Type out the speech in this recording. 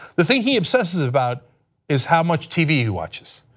the thing he obsesses about is how much tv he watches.